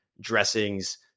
dressings